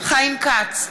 חיים כץ,